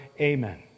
Amen